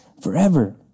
forever